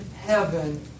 heaven